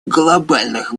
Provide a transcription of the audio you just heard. глобальных